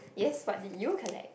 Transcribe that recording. ya but did you collect